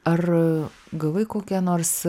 ar gavai kokia nors